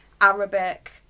Arabic